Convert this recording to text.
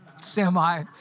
semi